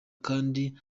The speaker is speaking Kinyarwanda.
kandi